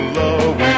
love